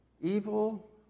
Evil